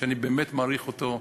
שאני באמת מעריך אותו,